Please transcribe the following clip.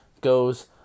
goes